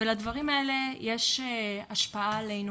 ולדברים האלה יש השפעה עלינו